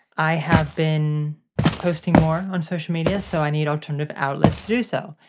i have been posting more on social media so i need alternative outlets to do so,